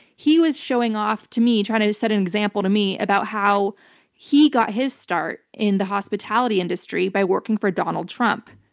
he was showing off to me, trying to set an example to me about how he got his start in the hospitality industry by working for donald trump.